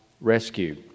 Rescue